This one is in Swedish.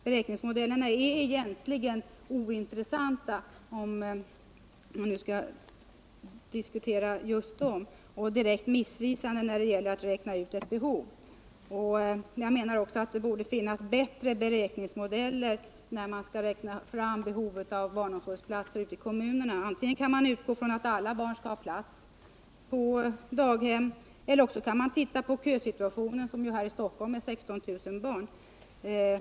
Beräkningsmodellerna är egentligen ointressanta, om vi nu skall diskutera just dem, och direkt missvisande när det gäller att räkna ut ett behov. Jag menar att det borde finnas bättre beräkningsmodeller, när man skall räkna fram behovet av barnomsorgsplatser ute i kommunerna. Antingen kan man utgå ifrån att alla barn skall ha plats på daghem eller också kan man se på köerna som här i Stockholm omfattar 16 000 barn.